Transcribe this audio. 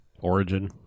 Origin